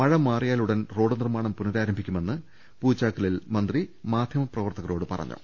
മഴ മാറിയാൽ ഉടൻ റോഡ് നിർമ്മാണം പുനരാരംഭിക്കുമെന്ന് പൂച്ചാക്കലിൽ മന്ത്രി മാധ്യമ പ്രവർത്തകരോട് പറഞ്ഞു